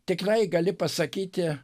tikrai gali pasakyti